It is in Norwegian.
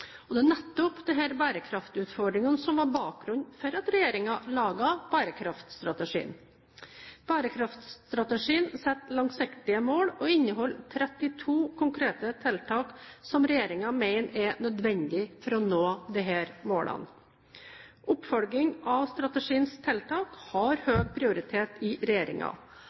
Det er nettopp disse bærekraftutfordringene som var bakgrunnen for at regjeringen laget bærekraftstrategien. Bærekraftstrategien setter langsiktige mål og inneholder 32 konkrete tiltak som regjeringen mener er nødvendige for å nå disse målene. Oppfølging av strategiens tiltak har høy prioritet i